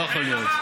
לא יכול להיות.